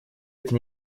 это